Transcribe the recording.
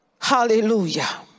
hallelujah